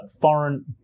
foreign